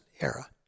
era